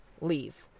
leave